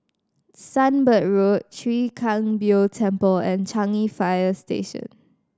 Sunbird Road Chwee Kang Beo Temple and Changi Fire Station